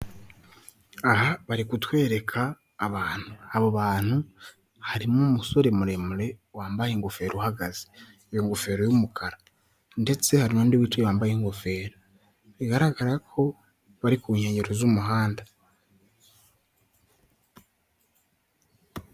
Aha bari kutwereka abantu, abo bantu harimo umusore muremure wambaye ingofero uhagaze, iyo ngofero y'umukara, ndetse hari n'undi wambaye ingofero, bigaragara ko bari ku nkengero z'umuhanda.